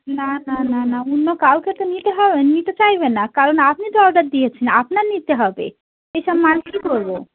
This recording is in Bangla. না না না না অন্য কাউকে তো নিতে হবে নিতে চাইবে না কারণ আপনি তো অর্ডার দিয়েছেন আপনার নিতে হবে এসব মাল কী করবো